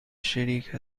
شریک